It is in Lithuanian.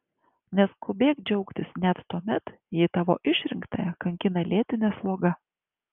neskubėk džiaugtis net tuomet jei tavo išrinktąją kankina lėtinė sloga